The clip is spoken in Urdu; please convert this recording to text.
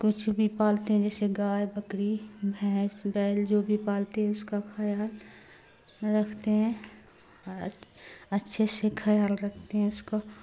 کچھ بھی پالتے ہیں جیسے گائے بکری بھینس بیل جو بھی پالتے ہیں اس کا خیال رکھتے ہیں اور اچھے سے کیال رکھتے ہیں اس کا